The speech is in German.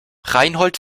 reinhold